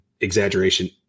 exaggeration